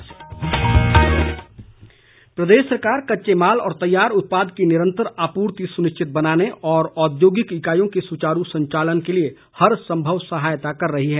जयराम प्रदेश सरकार कच्चे माल व तैयार उत्पाद की निरंतर आपूर्ति सुनिश्चित बनाने और औद्योगिक इकाईयों के सुचारू संचालन के लिए हर संभव सहायता कर रही है